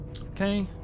Okay